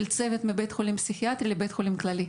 צוות מבית חולים פסיכיאטרי עם בית החולים הכללי,